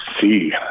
see